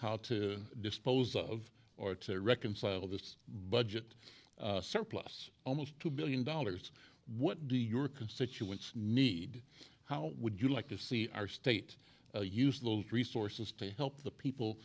how to dispose of or to reconcile this budget surplus almost two billion dollars what do your constituents need how would you like to see our state use the resources to help the people